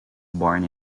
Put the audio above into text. born